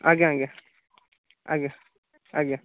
ଆଜ୍ଞା ଆଜ୍ଞା ଆଜ୍ଞା ଆଜ୍ଞା